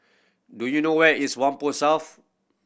do you know where is Whampoa South